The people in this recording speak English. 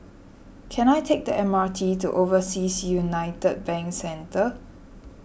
can I take the M R T to Overseas Union Bank Centre